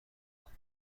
ماده